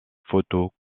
photos